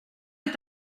est